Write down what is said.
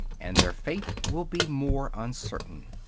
and their fate will be more uncertain.